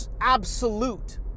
absolute